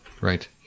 Right